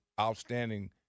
outstanding